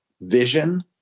vision